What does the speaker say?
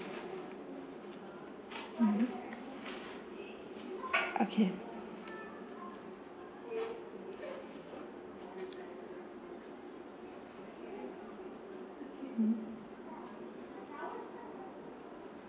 mmhmm okay mmhmm